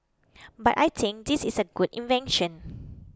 but I think this is a good invention